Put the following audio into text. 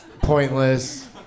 pointless